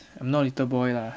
I'm not little boy lah